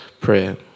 prayer